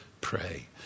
pray